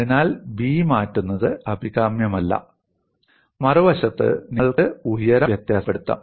അതിനാൽ b മാറ്റുന്നത് അഭികാമ്യമല്ല മറുവശത്ത് നിങ്ങൾക്ക് ഉയരം വ്യത്യാസപ്പെടുത്താം